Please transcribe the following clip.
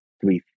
three